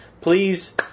please